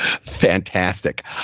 fantastic